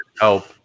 help